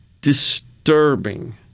disturbing